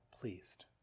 pleased